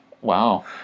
Wow